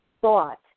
thought